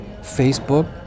Facebook